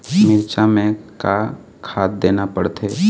मिरचा मे का खाद देना पड़थे?